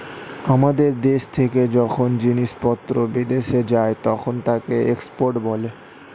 আমাদের দেশ থেকে যখন জিনিসপত্র বিদেশে যায় তখন তাকে এক্সপোর্ট বলে